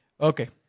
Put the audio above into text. Okay